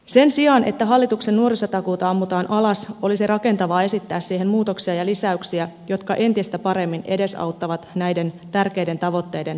sen sijaan että hallituksen nuorisotakuuta ammutaan alas olisi rakentavaa esittää siihen muutoksia ja lisäyksiä jotka entistä paremmin edesauttavat näiden tärkeiden tavoitteiden toteutumista